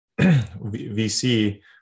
VC